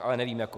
Ale nevím jako.